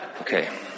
okay